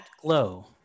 glow